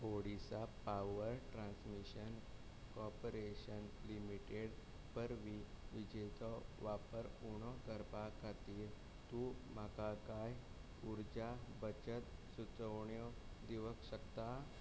Odisha power transmission corporation limited वरवीं विजेचो वापर उणो करपा खातीर तूं म्हाका कांय उर्जा बचत सुचोवण्यो दिवंक शकता